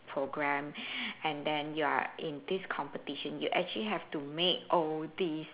program and then you are in this competition you actually have to make all these